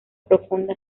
profunda